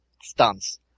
stunts